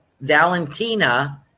Valentina